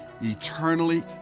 eternally